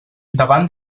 davant